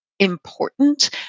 important